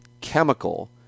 chemical